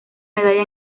medalla